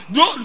no